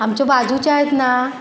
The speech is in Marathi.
आमच्या बाजूच्या आहेत ना